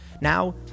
Now